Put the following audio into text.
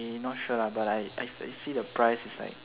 mm not sure lah but I I I see the price is like